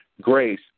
Grace